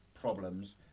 problems